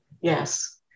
Yes